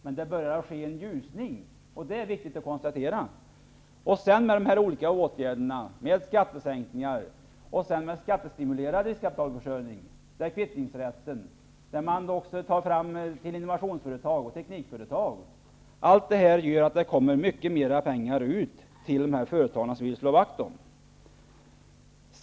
Men det börjar bli ljusare. Det är viktigt att konstatera. Skattesänkningar som stimulerar riskkapitalförsörjning, kvittningsrätten samt innovationsföretag och teknikföretag gör att vi får mycket mer pengar ut till de företag som vi vill slå vakt om.